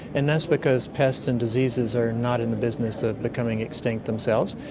and that's because pests and diseases are not in the business of becoming extinct themselves,